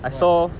what